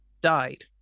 died